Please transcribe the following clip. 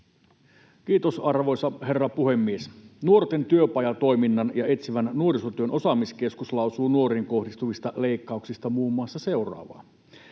Kiitos, arvoisa herra puhemies! Nuorten työpajatoiminnan ja etsivän nuorisotyön osaamiskeskus lausuu nuoriin kohdistuvista leikkauksista muun muassa seuraavaa: